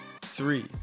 Three